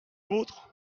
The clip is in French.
vôtre